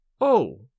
Oh